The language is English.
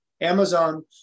Amazon